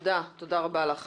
תודה רבה לך.